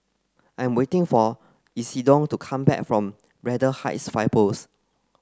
I'm waiting for Isidore to come back from Braddell Heights Fire Post